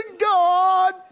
God